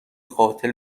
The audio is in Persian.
قاتل